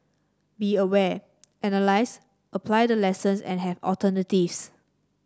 be aware analyse apply the lessons and have alternatives